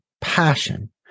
passion